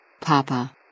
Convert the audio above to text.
Papa